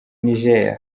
niger